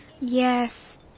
Yes